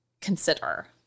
consider